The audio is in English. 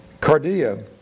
cardia